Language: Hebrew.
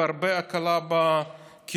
והרבה הקלה בקהילה.